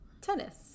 tennis